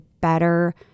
better